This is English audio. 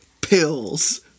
pills